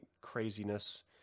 craziness